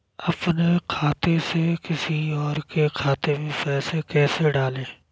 अपने खाते से किसी और के खाते में पैसे कैसे डालें?